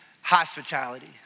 Hospitality